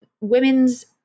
women's